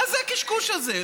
מה זה הקשקוש הזה?